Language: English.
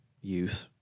youth